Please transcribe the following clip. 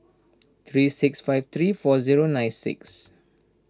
three six five three four zero nine six